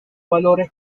valores